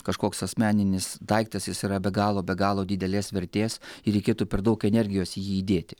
kažkoks asmeninis daiktas jis yra be galo be galo didelės vertės ir reikėtų per daug energijos į jį įdėti